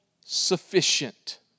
sufficient